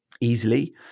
easily